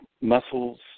muscles